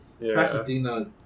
Pasadena